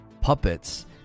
puppets